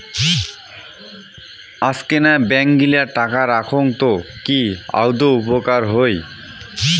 আজকেনা ব্যাঙ্ক গিলা টাকা রাখঙ তো কি আদৌ উপকার হই?